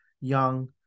Young